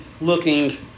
looking